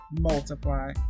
multiply